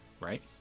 right